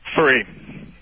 Three